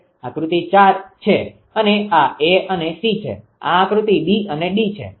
આ આકૃતિ 4 છે અને આ અને છે આ આકૃતિ અને છે